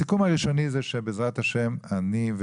הסיכום הראשון הוא שבעזרת השם אני,